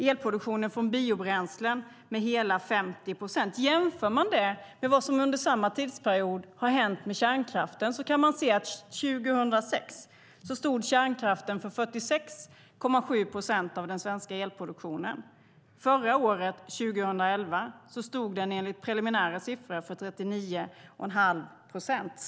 Elproduktionen från biobränslen har ökat med hela 50 procent. Jämför man det med vad som under samma tidsperiod har hänt med kärnkraften kan man se att 2006 stod kärnkraften för 46,7 procent av den svenska elproduktionen, och förra året, 2011, stod den enligt preliminära siffror för 39 1⁄2 procent.